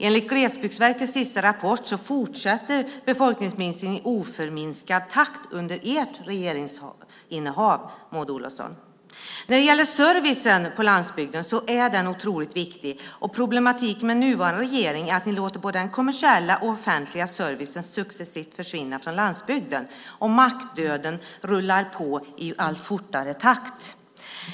Enligt Glesbygdsverkets senaste rapport fortsätter befolkningsminskningen i oförminskad takt under ert regeringsinnehav, Maud Olofsson. Servicen på landsbygden är otroligt viktig. Problemet med den nuvarande regeringen är att ni låter både den kommersiella och den offentliga servicen successivt försvinna från landsbygden. Mackdöden rullar på i allt snabbare takt.